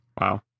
Wow